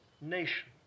nation